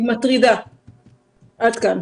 עד כאן.